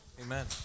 Amen